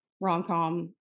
rom-com